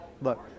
look